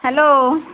hello